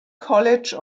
college